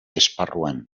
esparruan